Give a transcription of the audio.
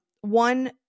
One